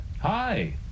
Hi